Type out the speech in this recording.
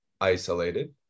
isolated